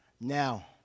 Now